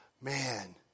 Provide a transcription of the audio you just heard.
Man